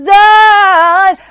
done